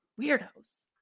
weirdos